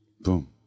Boom